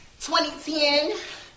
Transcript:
2010